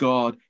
God